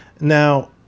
Now